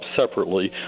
separately